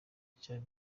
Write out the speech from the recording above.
cyari